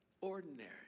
ordinary